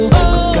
Cause